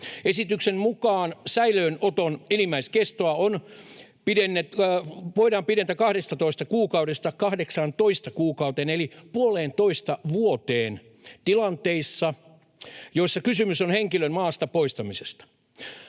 Esityksen mukaan säilöönoton enimmäiskestoa voidaan pidentää 12 kuukaudesta 18 kuukauteen eli puoleentoista vuoteen tilanteissa, joissa kysymys on henkilön maasta poistamisesta.